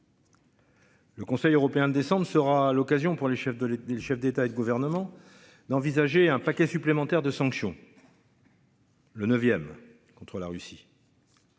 Le Conseil européen de décembre sera l'occasion pour le chef de l'État, le chef d'État et de gouvernement. D'envisager un paquet supplémentaire de sanctions. Le 9ème contre la Russie.